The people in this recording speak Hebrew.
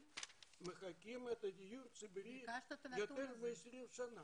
עדיין מחכים לדיור הציבורי יותר מ-20 שנה.